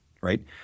right